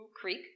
Creek